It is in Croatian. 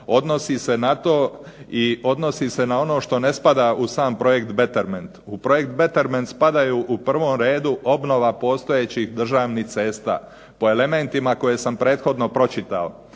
odnosi se na to i odnosi se na ono što ne spada u sam projekt betterment. U projekt betterment spadaju u prvom redu obnova postojećih državnih cesta, po elementima koje sam prethodno pročitao.